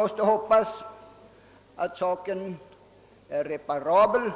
Vi får hoppas att saken är reparabel